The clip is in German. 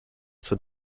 zur